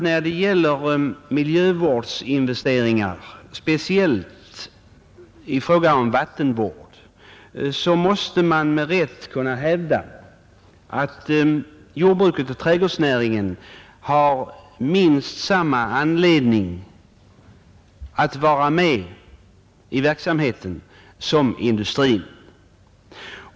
När det gäller miljövårdsinvesteringar, speciellt för vattenvård, måste man med rätt kunna hävda att jordbruket och trädgårdsnäringen har minst samma anledning att vara med i verksamheten som industrin.